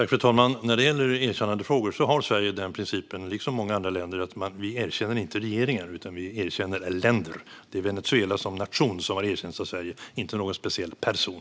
Fru talman! När det gäller erkännandefrågor har Sverige, liksom många andra länder, principen att vi inte erkänner regeringar, utan vi erkänner länder. Det är Venezuela som nation som har erkänts av Sverige, inte någon speciell person.